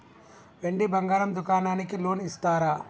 వెండి బంగారం దుకాణానికి లోన్ ఇస్తారా?